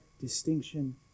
distinction